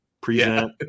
present